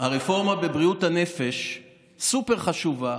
הרפורמה בבריאות הנפש סופר-חשובה,